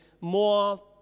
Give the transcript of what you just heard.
more